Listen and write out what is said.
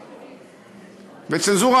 וצנזורה,